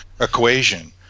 equation